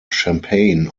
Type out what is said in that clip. champagne